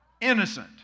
innocent